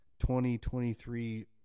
2023